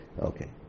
Okay